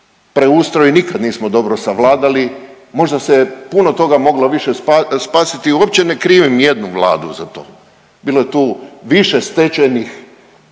preustroj nikad nismo dobro savladali, možda se puno toga moglo više spasiti, uopće ne krivim nijednu vladu za to, bilo je tu više stečajnih